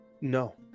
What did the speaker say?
No